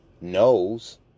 knows